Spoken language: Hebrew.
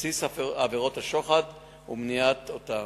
בבסיס עבירות השוחד ומניעה אותן,